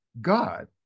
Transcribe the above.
God